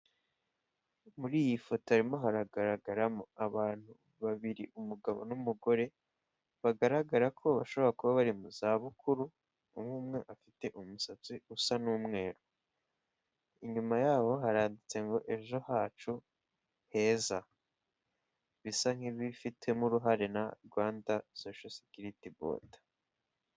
Abagabo babiri bose bafite kasike zanditseho sefu moto, aba bagabo bose bambaye amarinete umwe ni umwirabura ariko undi ni umuzungu.